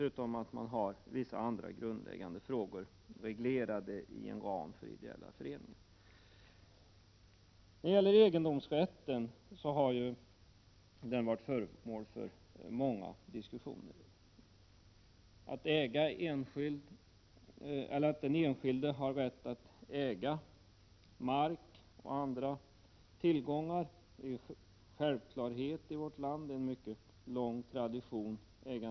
Man bör dessutom reglera vissa andra grundläggande frågor för ideella föreningar i en sådan ramlagstiftning. Egendomsrätten har varit föremål för många diskussioner. Att den enskilde har rätt att äga mark och andra tillgångar är en självklarhet i vårt land. Äganderätten har en mycket lång tradition.